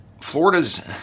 Florida's